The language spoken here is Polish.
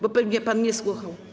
Bo pewnie pan nie słuchał.